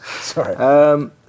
Sorry